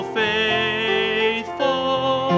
faithful